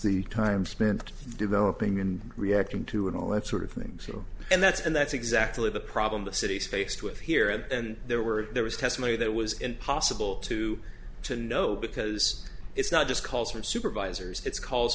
the time spent developing and reacting to it all that sort of things and that's and that's exactly the problem the city faced with here and there were there was testimony that was impossible to to know because it's not just calls from supervisors it's calls